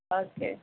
okay